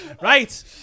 right